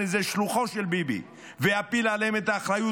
איזה שלוחו של ביבי ויפיל עליהם את האחריות,